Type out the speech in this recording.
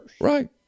Right